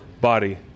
body